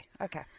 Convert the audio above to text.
okay